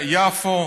ליפו,